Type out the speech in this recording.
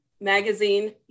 magazine